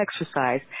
exercise